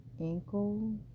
ankle